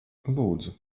lūdzu